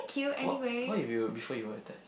what what if you were before you were attached